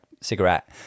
cigarette